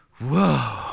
whoa